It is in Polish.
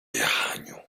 jechaniu